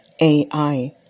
AI